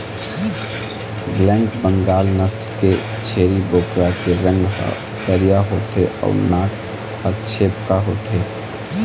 black Bengal नसल के छेरी बोकरा के रंग ह करिया होथे अउ नाक ह छेपका होथे